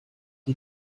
you